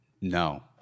no